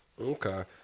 Okay